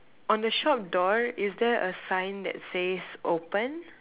on the shop door is there a sign that says open